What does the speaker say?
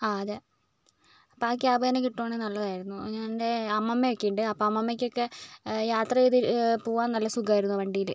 ആ അതെ അപ്പം ആ ക്യാബ് തന്നെ കിട്ടുവാണെങ്കിൽ നല്ലതായിരുന്നു ഞാൻ എൻ്റെ അമ്മമ്മ ഒക്കെ ഉണ്ട് അപ്പോൾ അമ്മമ്മയ്ക്കൊക്കെ യാത്ര ചെയ്ത് പോകാൻ നല്ല സുഖമായിരുന്നു വണ്ടിയില്